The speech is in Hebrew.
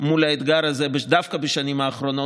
מול האתגר הזה דווקא בשנים האחרונות.